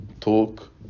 talk